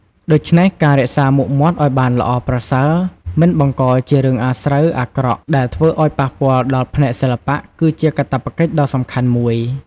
ដូច្នេះ ការរក្សាមុខមាត់ឱ្យបានល្អប្រសើរមិនបង្កជារឿងអាស្រូវអាក្រក់ដែលធ្វើអោយប៉ះពាល់ដល់ផ្នែកសិល្បះ គឺជាកាតព្វកិច្ចដ៏សំខាន់មួយ។